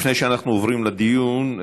לפני שאנחנו עוברים לדיון,